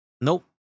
Nope